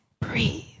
breathe